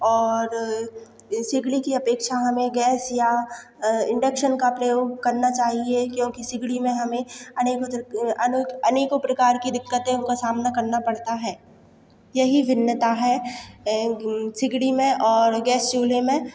और यह सिगड़ी की अपेक्षा हमें गैस या इंडक्शन का प्रयोग करना चाहिए क्योंकि सिगड़ी में हमें अनेक अनेक अनेकों प्रकार की दिक़्क़तों का सामना करना पड़ता है यही भिन्नता है सिगड़ी में और गैस चूल्हे में